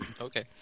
Okay